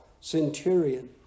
centurion